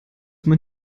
man